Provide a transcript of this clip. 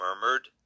murmured